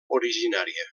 originària